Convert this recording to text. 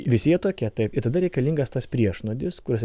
visi jie tokie taip ir tada reikalingas tas priešnuodis kuris